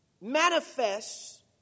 manifests